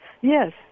Yes